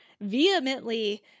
vehemently